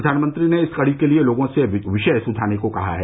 प्रधानमंत्री ने इस कड़ी के लिए लोगों से विषय सुझाने को कहा है